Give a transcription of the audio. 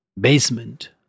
basement